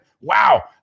Wow